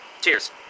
Cheers